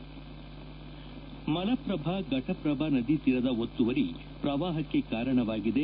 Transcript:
ಬೆಳಗಾವಿ ಮಲಪ್ರಭಾ ಫಟಪ್ರಭಾ ನದಿತೀರದ ಒತ್ತುವರಿ ಪ್ರವಾಹಕ್ಕೆ ಕಾರಣವಾಗಿದೆ